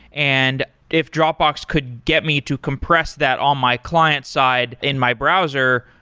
and if dropbox could get me to compress that on my client-side in my browser,